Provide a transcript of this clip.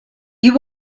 you